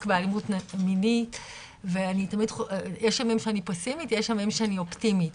באלימות מינית ויש ימים שאני פסימית ויש ימים שאני אופטימית,